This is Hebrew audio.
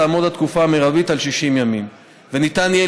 תעמוד התקופה המרבית על 60 ימים וניתן יהיה